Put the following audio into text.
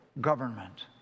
Government